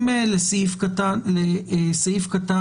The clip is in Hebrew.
סעיף 1(1)